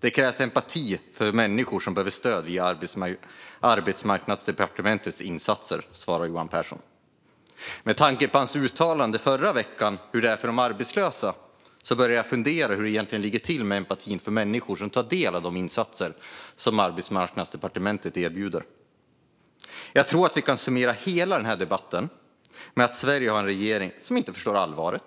Det krävs empati för de människor som behöver ha stöd via Arbetsmarknadsdepartementets insatser. Med tanke på hans uttalande förra veckan om hur det är för de arbetslösa börjar jag fundera över hur det egentligen ligger till med empatin för de människor som tar del av de insatser som Arbetsmarknadsdepartementet erbjuder. Jag tror att vi kan summera hela denna debatt med att Sverige har en regering som inte förstår allvaret